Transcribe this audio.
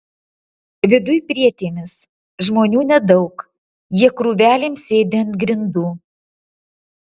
viduj prietėmis žmonių nedaug jie krūvelėm sėdi ant grindų